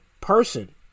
person